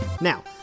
Now